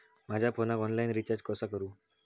माझ्या फोनाक online recharge कसा करू?